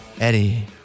Eddie